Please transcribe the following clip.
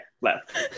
left